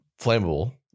flammable